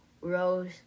Rose